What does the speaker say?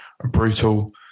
brutal